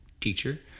teacher